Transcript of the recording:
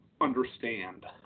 understand